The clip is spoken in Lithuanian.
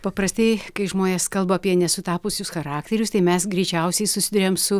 paprastai kai žmonės kalba apie nesutapusius charakterius tai mes greičiausiai susiduriam su